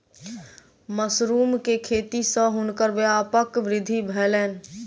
mushroom के खेती सॅ हुनकर व्यापारक वृद्धि भेलैन